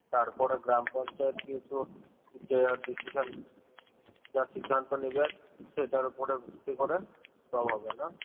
তারপরে গ্রাম পঞ্চায়েত কিছু যে ডিসিশন যা সিন্ধান্ত নেবেন সেটার ওপরে ভিত্তি করে সব হবে না